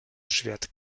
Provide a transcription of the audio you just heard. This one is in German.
schwert